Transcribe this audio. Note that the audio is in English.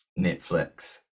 Netflix